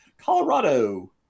Colorado